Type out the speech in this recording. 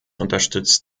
unterstützt